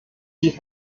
die